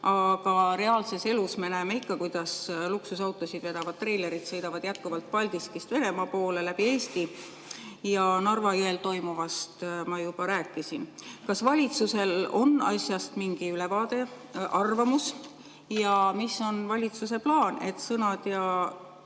aga reaalses elus me näeme ikka, kuidas luksusautosid vedavad treilerid sõidavad jätkuvalt Paldiskist Venemaa poole läbi Eesti. Ja Narva jõel toimuvast ma juba rääkisin. Kas valitsusel on asjast mingi ülevaade, arvamus ja mis on valitsuse plaan, et sõnad ja